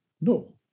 No